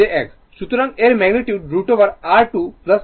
সুতরাং এর magnitude √ over R2 X2 এবং অ্যাঙ্গেল টি θ